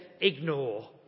ignore